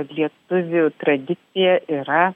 lietuvių tradicija yra